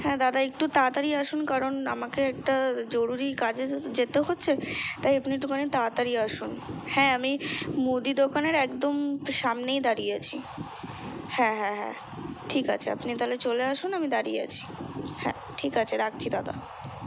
হ্যাঁ দাদা একটু তাড়াতাড়ি আসুন কারণ আমাকে একটা জরুরি কাজে তো যেতে হচ্ছে তাই আপনি একটুখানি তাড়াতাড়ি আসুন হ্যাঁ আমি মুদি দোকানের একদম সামনেই দাঁড়িয়ে আছি হ্যাঁ হ্যাঁ হ্যাঁ ঠিক আছে আপনি তাহলে চলে আসুন আমি দাঁড়িয়ে আছি হ্যাঁ ঠিক আছে রাখছি দাদা